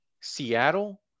Seattle